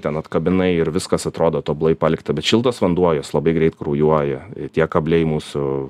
ten atkabinai ir viskas atrodo tobulai palikta bet šiltas vanduo jos labai greit kraujuoja tie kabliai mūsų